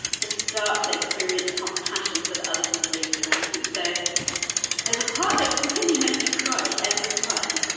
to start to experience compassion for the other human beings around you so there's a part that really makes me cry, every time,